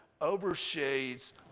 overshades